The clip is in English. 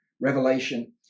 Revelation